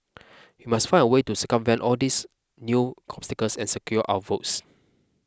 we must find a way to circumvent all these new obstacles and secure our votes